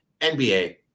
NBA